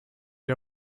der